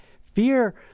Fear